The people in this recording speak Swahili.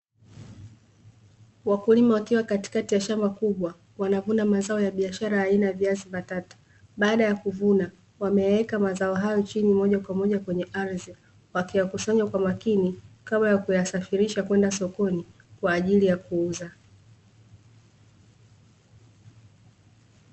Wakulima wakiwa kati kati ya shamba kubwa wanavuna mazao ya biashara aina ya viazi mbatata. Baada ya kuvuna, wameya weka mazao hayo chini moja kwa moja kwenye ardhi wakiya kusanya kwa makini kabla ya kuya safirisha kwenda sokoni kwa ajili ya kuuza.